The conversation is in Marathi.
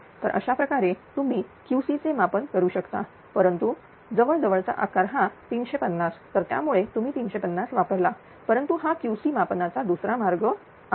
तर अशाप्रकारे तुम्हीQc चे मापन करू शकता परंतु जवळ जवळचा आकार हा 350 तर त्यामुळे तुम्ही 350 वापरला परंतु हा QC मापनाचा दुसरा मार्ग आहे